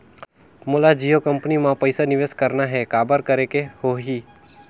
मोला जियो कंपनी मां पइसा निवेश करना हे, काबर करेके होही?